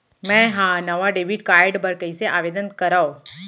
मै हा नवा डेबिट कार्ड बर कईसे आवेदन करव?